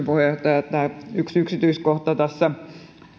puheenjohtaja yksi yksityiskohta tässä